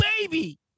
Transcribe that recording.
baby